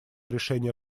решение